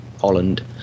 Holland